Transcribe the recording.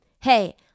Hey